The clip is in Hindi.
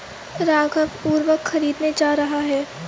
राघव उर्वरक खरीदने जा रहा है